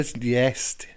yes